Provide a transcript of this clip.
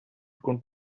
could